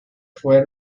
fue